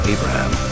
Abraham